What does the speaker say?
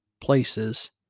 places